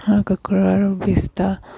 হাঁহ কুকুৰা আৰু বিষ্টা